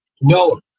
no